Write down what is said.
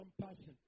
compassion